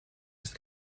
ist